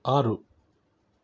ಆರು